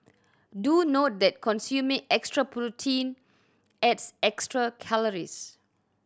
do note that consuming extra protein adds extra calories